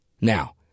Now